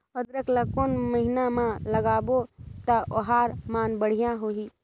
अदरक ला कोन महीना मा लगाबो ता ओहार मान बेडिया होही?